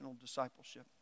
discipleship